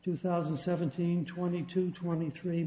two thousand and seventeen twenty two twenty three